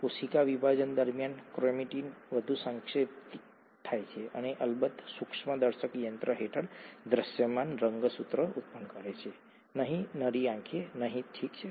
કોશિકાવિભાજન દરમિયાન ક્રોમેટિન વધુ સંક્ષેપિત થાય છે અને અલબત્ત સૂક્ષ્મદર્શક યંત્ર હેઠળ દૃશ્યમાન રંગસૂત્રો ઉત્પન્ન કરે છે નહીં નરી આંખે નહીં ઠીક છે